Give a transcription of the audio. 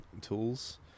tools